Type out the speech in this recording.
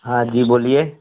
हाँ जी बोलिए